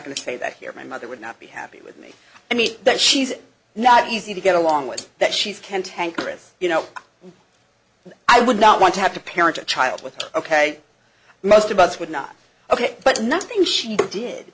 going to say that here my mother would not be happy with me i mean that she's not easy to get along with that she's cantankerous you know i would not want to have to parent a child with ok most of us would not ok but nothing she did